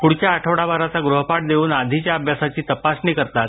पुढच्या आठवडाभराचा गृहपाठ देऊन आधीच्या अभ्यासाची तपासणी शिक्षक करतात